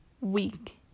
week